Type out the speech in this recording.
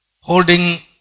holding